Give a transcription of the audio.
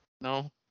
no